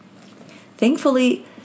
Thankfully